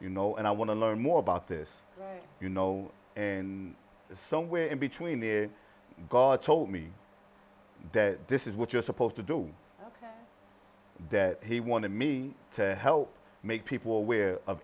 you know and i want to learn more about this you know and somewhere in between the god told me death this is what you're supposed to do death he wanted me to help make people aware of